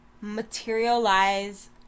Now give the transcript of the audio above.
materialize